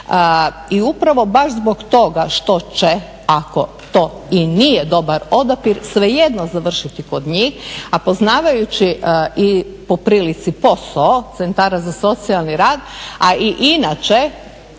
i upravo baš zbog toga ako to i nije dobar odabir svejedno završiti kod njih, a poznavajuči i po prilici posao centara za socijalni rad, a i inače